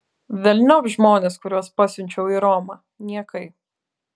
velniop žmones kuriuos pasiunčiau į romą niekai